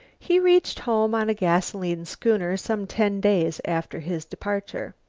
he reached home on a gasoline schooner some ten days after his departure.